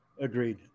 Agreed